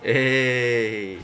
eh